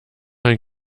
ein